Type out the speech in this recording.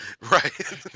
Right